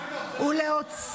אגב,